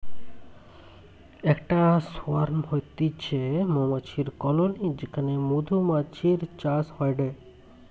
একটা সোয়ার্ম হতিছে মৌমাছির কলোনি যেখানে মধুমাছির চাষ হয়টে